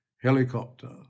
helicopter